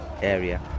area